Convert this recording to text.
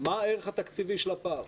מה הערך התקציבי של הפער?